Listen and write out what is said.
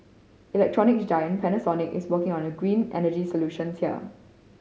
electronics giant Panasonic is working on a green energy solutions here